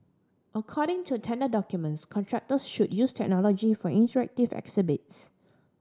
according to tender documents contractors should use technology for interactive exhibits